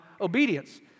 obedience